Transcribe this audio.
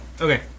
Okay